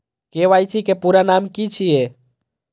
KYC के पूरा नाम की छिय?